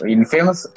Infamous